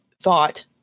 thought